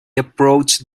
approached